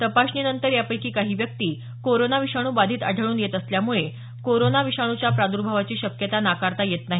तपासणीनंतर यापैकी काही व्यक्ती कोरोना विषाणू बाधित आढळून येत असल्यामुळे कोरोना विषाणूच्या प्रादुर्भावाची शक्यता नाकारता येत नाही